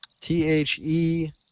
T-H-E